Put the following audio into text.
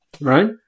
Right